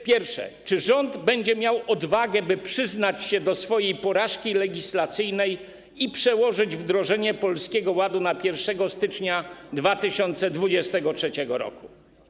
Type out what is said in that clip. Pierwsze: Czy rząd będzie miał odwagę, by przyznać się do swojej porażki legislacyjnej i przełożyć wdrożenie Polskiego Ładu na 1 stycznia 2023 r.